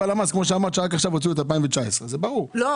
באמת בלמ"ס רק עכשיו הוציאו את 2019. אבל